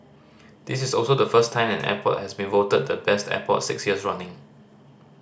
this is also the first time an airport has been voted the Best Airport six years running